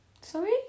sorry